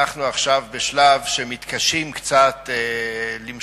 אנחנו עכשיו בשלב שבו מתקשים קצת למשוך